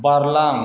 बारलां